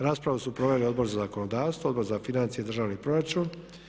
Raspravu su proveli Odbor za zakonodavstvo, Odbor za financije i državni proračun.